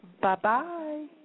Bye-bye